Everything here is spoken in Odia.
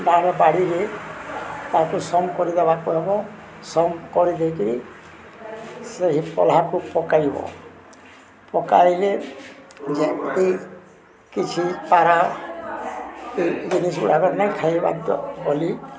ତା'ର ବାଡ଼ିରେ ତା'କୁ ସମ୍ କରିଦେବାକୁ ହେବ ସମ୍ କରି ଦେଇକିରି ସେହି ପଲ୍ହାକୁ ପକାଇବ ପକାଇଲେ ଯେ ଏ କିଛି ପାରା ଏଇ ଜିନିଷ ଗୁଡ଼ାକ ନାଇଁ ଖାଇବା ବୋଲି